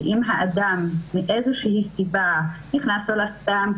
שאם האדם מאיזושהי סיבה נכנס לו לספאם,